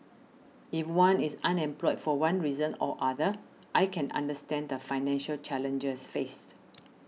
if one is unemployed for one reason or other I can understand the financial challenges faced